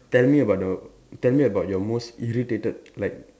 tell me about the tell me about your most irritated like